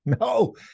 No